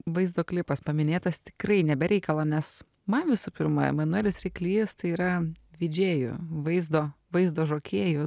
vaizdo klipas paminėtas tikrai ne be reikalo nes man visų pirma emanuelis ryklys tai yra didžėjų vaizdo vaizdo žokėjų